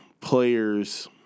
players